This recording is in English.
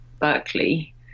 Berkeley